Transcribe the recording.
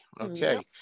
okay